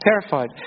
terrified